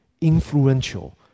influential